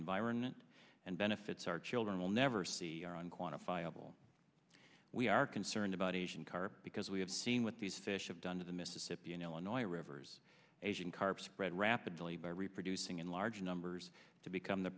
environment and benefits our children will never see our unquantifiable we are concerned about asian carp because we have seen with these fish have done to the mississippi in illinois rivers asian carp spread rapidly by reproducing in large numbers to become the